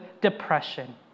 depression